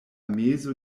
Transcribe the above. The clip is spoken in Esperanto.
mezo